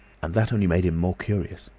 and that only made him more curious.